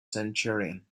centurion